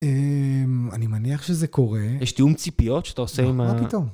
אה... אני מניח שזה קורה. יש תיאום ציפיות שאתה עושה עם ה... לא מה פתאום?!